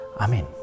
Amen